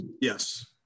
Yes